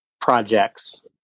projects